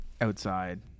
outside